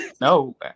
No